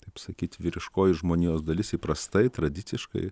taip sakyt vyriškoji žmonijos dalis įprastai tradiciškai